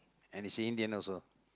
and is a Indian also